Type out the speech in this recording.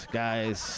guys